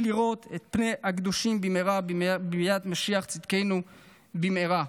לראות פני הקדושים בביאת משיח צדקנו במהרה.